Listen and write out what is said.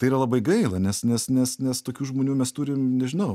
tai yra labai gaila nes nes nes nes tokių žmonių mes turim nežinau